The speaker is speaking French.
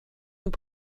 nous